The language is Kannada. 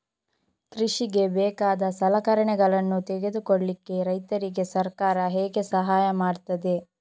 ಕೃಷಿಗೆ ಬೇಕಾದ ಸಲಕರಣೆಗಳನ್ನು ತೆಗೆದುಕೊಳ್ಳಿಕೆ ರೈತರಿಗೆ ಸರ್ಕಾರ ಹೇಗೆ ಸಹಾಯ ಮಾಡ್ತದೆ?